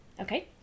Okay